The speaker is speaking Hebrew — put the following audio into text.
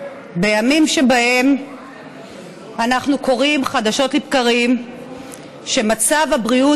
בימים שבהם אנחנו קוראים חדשות לבקרים שמצב הבריאות